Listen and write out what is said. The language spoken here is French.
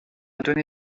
donné